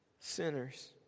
Sinners